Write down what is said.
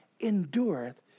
endureth